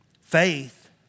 Faith